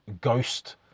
Ghost